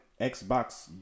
Xbox